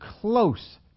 close